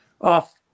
off